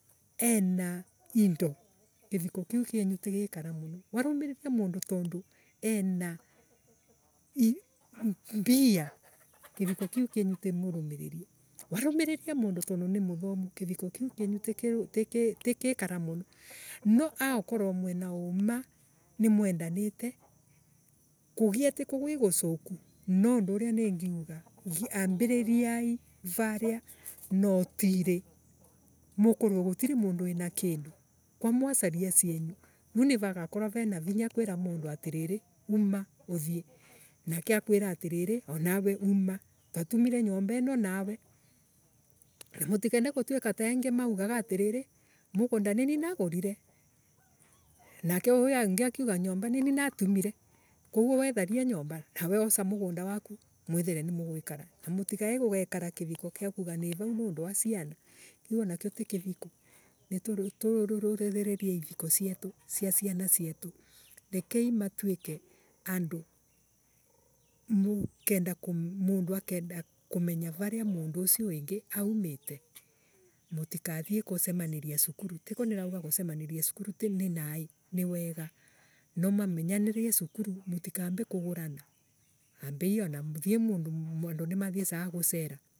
Ena indo kiviko kiu kienu tigikara muno, warumiriria mundu tandu ena mbia. kiviko kiu. Kienu timurumiriria warumiriria mundu tondu nimuthomu kiviko kiu kienu tiki Tikikara muna. No aukonoo mwina uma ni mwendanite kugia tikwaa gwigucuku. noo undu uria ningiuga ambiririai varia notiri. Mukorwe gutimundu wina kindu kwa mwaciaria cienu vau nivagakonwo vena vinya kwira mundu atiririi uma uthie nake akuire atirirri anawe uma twatumire nyumba iino nawe na mutikende gutheka ta engii maugaga atiririi mugunda ninie nagurire nake uyu wingi akiuga nyumba ninie natumire kogue we tharia nyumba nawe oca mugunda waku. mwithiire ni muguikara na mutikanae kugekara kiviko gia kuuga ni vau nondu wa ciana. Kiu anakio ti kiviko turorereriei iviko cietu cia ciana cietu rekei matuiike cindu mundu akenda kumenya varia mundu ucio wiingi aumite tutikathie. Kucemaniria cukuru. Tikwa nirauga kucemaniria cukuru ni naii niwega no mwamenyunira cukuru mutikambe kugurana ambei ana maundu nimathiecaga nurera.